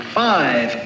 five